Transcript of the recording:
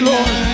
Lord